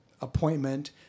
appointment